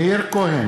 מאיר כהן,